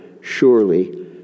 surely